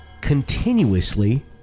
continuously